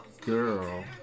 girl